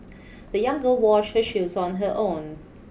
the young girl washed her shoes on her own